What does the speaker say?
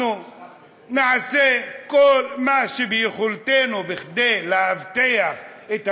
אנחנו נעשה כל מה שביכולתנו כדי לאבטח את המאגר,